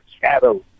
shadow